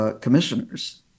commissioners